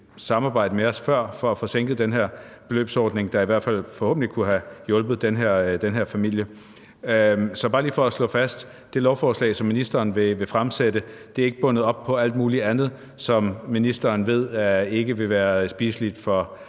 samarbejde med os før for at få sænket grænsen i den her beløbsordning – noget, som i hvert fald forhåbentlig kunne have hjulpet den her familie. Så bare lige for at slå det fast: Det lovforslag, som ministeren vil fremsætte, er vel ikke bundet op på alt muligt andet, som ministeren ved ikke vil være spiseligt for